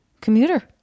Commuter